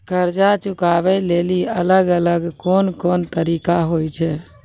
कर्जा चुकाबै लेली अलग अलग कोन कोन तरिका होय छै?